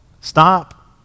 stop